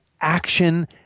action